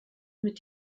mit